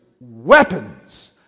weapons